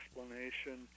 explanation